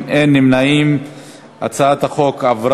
התשע"ד 2014,